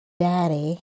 Daddy